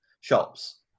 shops